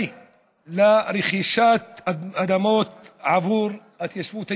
כאמצעי לרכישת אדמות בעבור ההתיישבות היהודית,